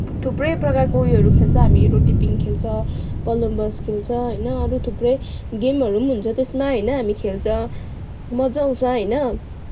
थुप्रै प्रकारको उयोहरू खेल्छ हामी रोटेपिङ खेल्छ कोलम्बस खेल्छ होइन अरू थुप्रै गेमहरू पनि हुन्छ त्यसमा होइन हामी खेल्छ मजा आउँछ होइन